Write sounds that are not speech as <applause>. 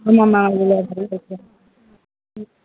ஆமாம் மேம் <unintelligible> ம்